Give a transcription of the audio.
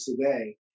today